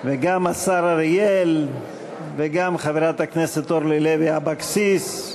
וגם חברת הכנסת אורלי לוי אבקסיס.